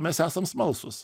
mes esam smalsūs